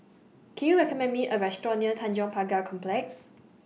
Can YOU recommend Me A Restaurant near Tanjong Pagar Complex